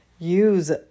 Use